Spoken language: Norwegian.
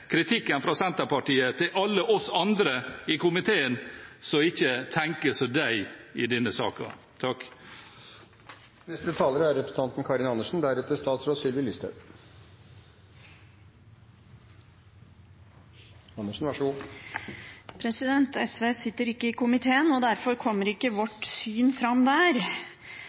kritikken fra Senterpartiet til alle oss andre i komiteen, som ikke tenker som dem i denne saken. SV sitter ikke i komiteen, og derfor kommer ikke